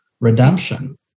redemption